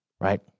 right